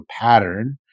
pattern